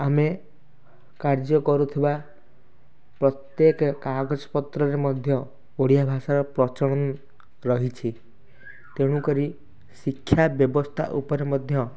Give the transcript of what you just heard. ଆମେ କାର୍ଯ୍ୟ କରୁଥୁବା ପ୍ରତ୍ୟେକ କାଗଜ ପତ୍ରରେ ମଧ୍ୟ ଓଡ଼ିଆ ଭାଷାର ପ୍ରଚଳନ ରହିଛି ତେଣୁ କରି ଶିକ୍ଷା ବ୍ୟବସ୍ଥା ଉପରେ ମଧ୍ୟ